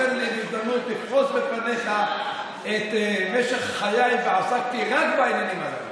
תן לי הזדמנות לפרוס בפניך את משך חיי שבו עסקתי רק בעניינים הללו.